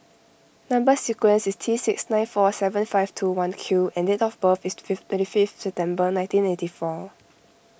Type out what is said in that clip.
Number Sequence is T six nine four seven five two one Q and date of birth is to fifth twenty fifth September nineteen eighty four